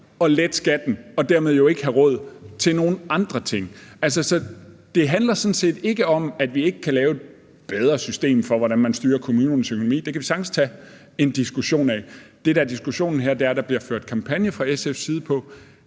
at lette skatten og dermed jo ikke har råd til nogle andre ting. Så det handler sådan set ikke om, at vi ikke kan lave et bedre system for, hvordan man styrer kommunernes økonomi; det kan vi sagtens tage en diskussion af. Det, der er diskussionen her er, at der fra SF's side